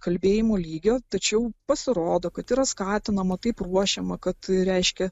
kalbėjimo lygio tačiau pasirodo kad yra skatinama taip ruošiama kad reiškia